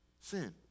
sin